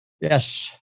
Yes